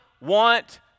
want